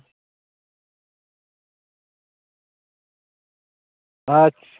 ᱟᱪᱪᱷᱟ